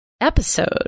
episode